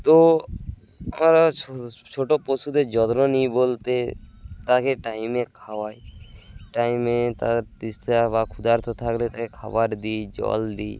তো আমরা ছোটো পশুদের যত্ন নিই বলতে তাকে টাইমে খাওয়াই টাইমে তার তিস্তা বা ক্ষুধার্থ থাকলে তাকে খাবার দিই জল দিই